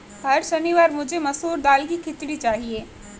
हर शनिवार मुझे मसूर दाल की खिचड़ी चाहिए